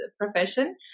profession